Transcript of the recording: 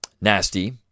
nasty